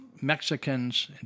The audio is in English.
Mexicans